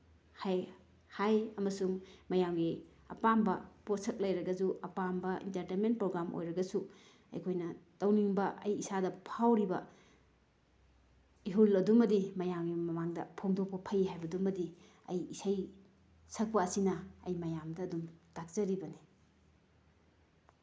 ꯍꯥꯏ ꯑꯃꯁꯨꯡ ꯃꯌꯥꯝꯒꯤ ꯑꯄꯥꯝꯕ ꯄꯣꯠꯁꯛ ꯂꯩꯔꯒꯁꯨ ꯑꯄꯥꯝꯕ ꯑꯦꯟꯇꯔꯇꯦꯟꯃꯦꯟ ꯄ꯭ꯔꯣꯒ꯭ꯔꯥꯝ ꯑꯣꯏꯔꯒꯁꯨ ꯑꯩꯈꯣꯏꯅ ꯇꯧꯅꯤꯡꯕ ꯑꯩ ꯏꯁꯥꯗ ꯐꯥꯎꯔꯤꯕ ꯏꯍꯨꯜ ꯑꯗꯨꯃꯗꯤ ꯃꯌꯥꯝꯒꯤ ꯃꯃꯥꯡꯗ ꯐꯣꯡꯗꯣꯛꯄ ꯐꯩ ꯍꯥꯏꯕꯗꯨꯃꯗꯤ ꯑꯩ ꯏꯁꯩ ꯁꯛꯄ ꯑꯁꯤꯅ ꯑꯩ ꯃꯌꯥꯝꯗ ꯑꯗꯨꯝ ꯇꯥꯛꯆꯔꯤꯕꯅꯤ